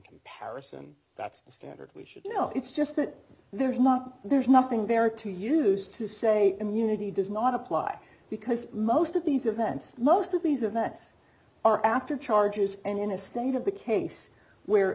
comparison that's the standard we should you know it's just that there's not there's nothing there to use to say immunity does not apply because most of these events most of these events are after charges and in a state of the case where